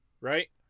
right